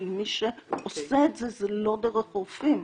כי מי שעושה את זה זה לא דרך רופאים.